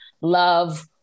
love